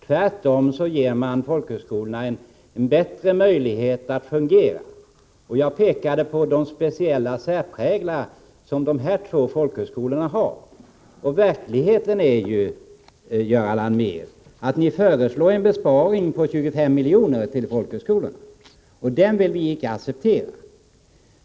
Tvärtom ger man folkhögskolorna bättre möjligheter att fungera, och jag pekade på den särprägel som de två nu aktuella folkhögskolorna har. Verkligheten är ju den, Göran Allmér, att ni föreslår en besparing på 25 milj.kr. på anslaget till folkhögskolorna, och den vill vi icke acceptera.